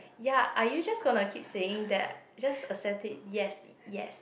ya are you just going to keep saying that just accept it yes yes